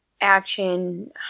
action